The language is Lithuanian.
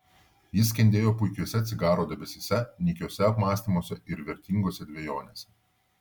jis skendėjo puikiuose cigaro debesyse nykiuose apmąstymuose ir vertingose dvejonėse